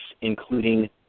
including